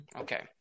Okay